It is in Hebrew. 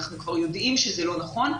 אנחנו כבר יודעים שזה לא נכון.